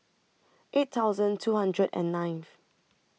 eight thousand two hundred and ninth